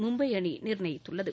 மும்பை அணி நிர்ணயித்துள்ளது